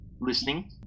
listening